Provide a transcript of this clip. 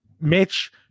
Mitch